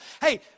Hey